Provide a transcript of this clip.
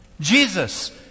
Jesus